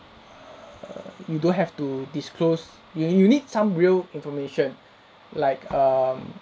err you don't have to disclose you need you need some real information like um